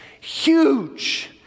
huge